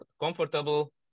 comfortable